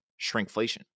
shrinkflation